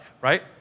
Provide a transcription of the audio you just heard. right